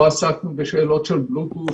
לא עסקנו בשאלות בלוטוס,